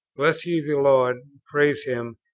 bless ye the lord, praise him,